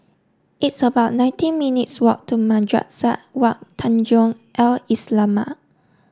it's about nineteen minutes walk to Madrasah Wak Tanjong Al Islamiah